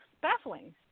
baffling